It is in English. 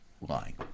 lying